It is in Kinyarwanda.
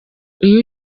iyo